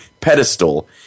pedestal